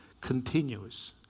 Continuous